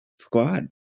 squad